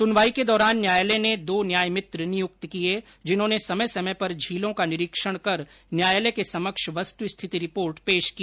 सुनवाई के दौरान कोर्ट ने दो न्याय मित्र नियुक्त किए जिन्होंने समय समय पर झीलों का निरीक्षण कर कोर्ट के समक्ष वस्तुस्थिति रिपोर्ट पेश की